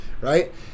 right